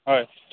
হয়